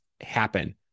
happen